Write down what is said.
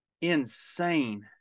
insane